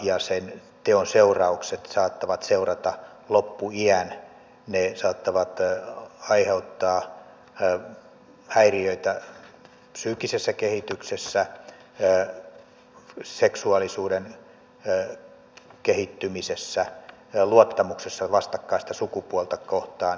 sen teon seuraukset saattavat seurata loppuiän ne saattavat aiheuttaa häiriöitä psyykkisessä kehityksessä seksuaalisuuden kehittymisessä ja luottamuksessa vastakkaista sukupuolta kohtaan